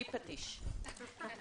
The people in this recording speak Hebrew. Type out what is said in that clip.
הישיבה ננעלה בשעה 12:30.